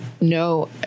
no